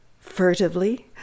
furtively